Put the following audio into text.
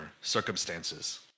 circumstances